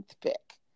pick